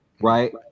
right